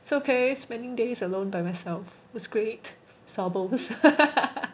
it's okay spending days alone by myself it's great